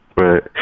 Right